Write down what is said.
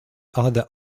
other